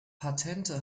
patente